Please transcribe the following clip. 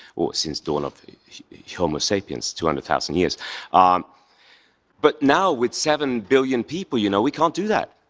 or since dawn of homo sapiens, two hundred thousand years but now with seven billion people, you know, we can't do that.